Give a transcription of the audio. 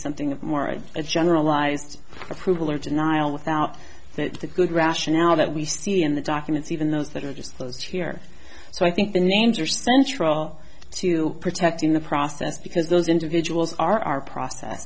something more of a generalized approval or denial without that the good rationale that we see in the documents even those that are just closed here so i think the names are central to protecting the process because those individuals are our pro